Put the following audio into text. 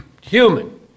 human